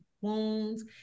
Wounds